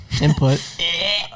Input